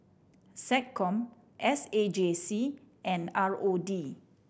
SecCom S A J C and R O D